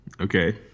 Okay